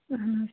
اَہَن حظ